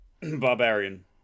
barbarian